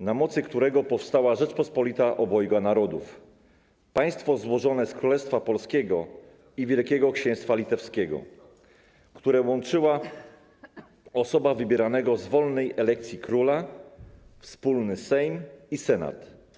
na mocy którego powstała Rzeczpospolita Obojga Narodów, państwo złożone z Królestwa Polskiego i Wielkiego Księstwa Litewskiego, które łączyła osoba wybieranego w wolnej elekcji króla, wspólny Sejm i Senat.